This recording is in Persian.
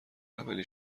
اولین